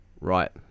Right